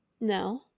No